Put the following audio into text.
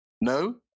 no